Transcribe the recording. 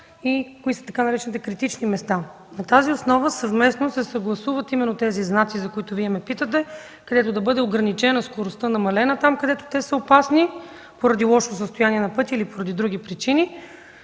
и кои са така наречените „критични места”. На тази основа съвместно се съгласуват знаците, за които Вие ме питате, къде да бъде ограничена, намалена скоростта там, където те са опасни поради лошо състояние на пътя или поради други причини.